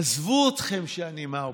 עזבו אתכם שאני מהאופוזיציה,